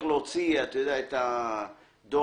להוציא דואר מהתיבה.